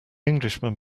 englishman